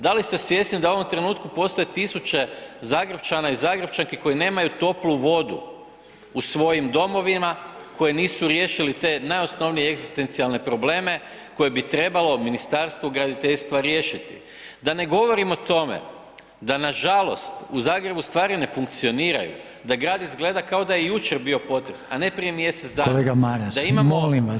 Da li ste svjesni da u ovom trenutku postoje tisuće Zagrepčana i Zagrepčanki koji nemaju toplu vodu u svojim domovima, koje nisu riješili te najosnovnije egzistencijalne probleme, koje bi trebalo Ministarstvo graditeljstva riješiti, da ne govorim o tome da nažalost u Zagrebu stvari ne funkcioniraju, da grad izgleda kao da je jučer bio potres, a ne prije mjesec dana, da imamo cigle.